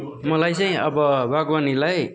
मलाई चाहिँ अब बागवानीलाई